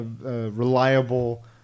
reliable